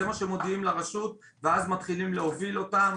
זה מה שמודיעים לרשות ואז מתחילים להוביל אותם